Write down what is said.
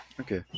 okay